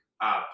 up